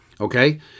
Okay